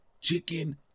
chicken